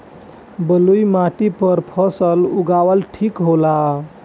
बलुई माटी पर फसल उगावल ठीक होला?